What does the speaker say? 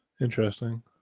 Interesting